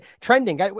trending